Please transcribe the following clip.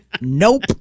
Nope